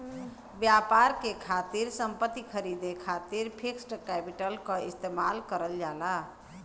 व्यापार के खातिर संपत्ति खरीदे खातिर फिक्स्ड कैपिटल क इस्तेमाल करल जाला